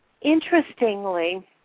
interestingly